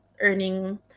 earning